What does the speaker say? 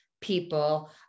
people